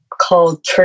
called